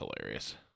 hilarious